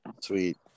Sweet